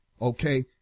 Okay